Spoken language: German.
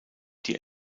die